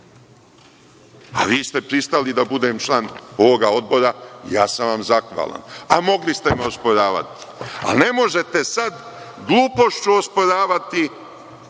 a vi ste pristali da budem član ovog odbora i ja sam vam zahvalan. Mogli ste me osporavati, ali ne možete sada glupošću osporavati